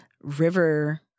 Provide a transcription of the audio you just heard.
river